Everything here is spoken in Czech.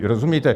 Rozumíte?